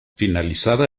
finalizada